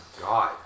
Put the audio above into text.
God